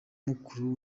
mukuru